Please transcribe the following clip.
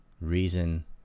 reason